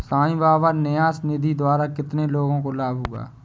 साई बाबा न्यास निधि द्वारा कितने लोगों को लाभ हुआ?